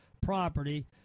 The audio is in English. property